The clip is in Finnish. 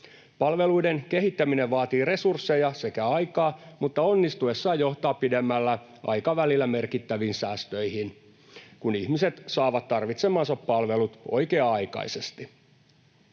Palveluiden kehittäminen vaatii resursseja sekä aikaa, mutta onnistuessaan johtaa pidemmällä aikavälillä merkittäviin säästöihin, kun ihmiset saavat tarvitsemansa palvelut oikea-aikaisesti.